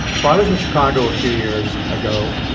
so i was in chicago a few years ago.